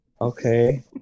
Okay